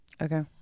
Okay